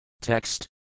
Text